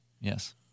yes